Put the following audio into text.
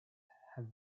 have